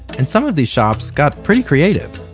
and some of these shops got pretty creative.